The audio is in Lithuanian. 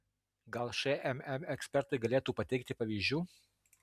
gal šmm ekspertai galėtų pateikti pavyzdžių